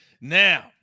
Now